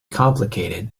complicated